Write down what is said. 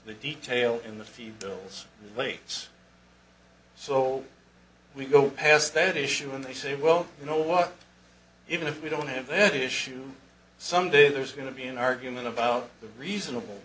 the detail in the few bills plates so we go past that issue and they say well you know what even if we don't have that issue someday there's going to be an argument about the reasonable